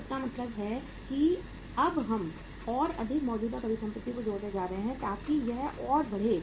तो इसका मतलब है कि अब हम और अधिक मौजूदा परिसंपत्तियों को जोड़ने जा रहे हैं ताकि यह और बढ़े